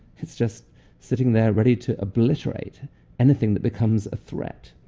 it's just sitting there ready to obliterate anything that becomes a threat.